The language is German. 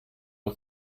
nur